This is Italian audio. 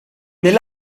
nel